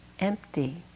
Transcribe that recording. empty